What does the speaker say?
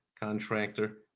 contractor